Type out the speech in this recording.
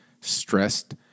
stressed